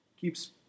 keeps